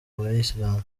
bayisilamu